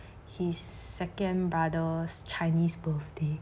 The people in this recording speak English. his second brother's chinese birthday